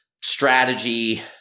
strategy